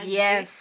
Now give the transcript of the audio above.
yes